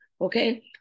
okay